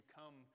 come